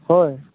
হয়